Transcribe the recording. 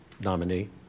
nominee